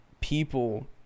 people